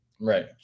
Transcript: Right